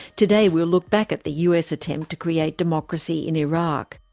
today we'll look back at the us attempt to create democracy in iraq.